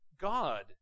God